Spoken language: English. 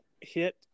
hit